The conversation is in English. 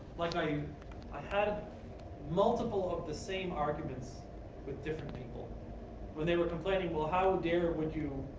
like i i had a multiple of the same arguments with different people when they were complaining, well, how dare would you